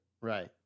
right